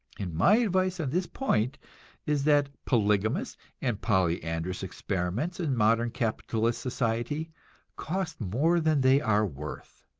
and my advice on this point is that polygamous and polyandrous experiments in modern capitalist society cost more than they are worth.